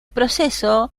proceso